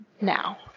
now